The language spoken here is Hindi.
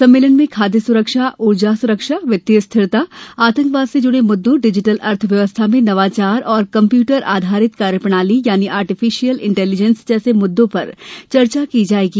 सम्मेलन में खाद्य सुरक्षा ऊर्जा सुरक्षा वित्तीय स्थिरता आतंकवाद से जुड़े मुद्दों डिजिटल अर्थव्य्वस्था में नवाचार और कम्यूटर आधारित कार्यप्रणाली यानी आर्टिफिशियल इंटेलीजेंस जैसे मुद्दों पर चर्चा की जाएगी